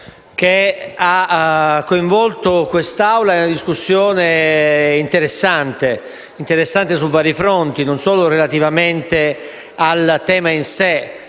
che ha coinvolto questa Assemblea in una discussione interessante, svolta su vari fronti, e non solo relativamente al tema in sé